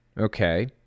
Okay